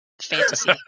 fantasy